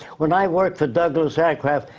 when i worked for douglas aircraft,